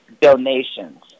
donations